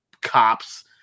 cops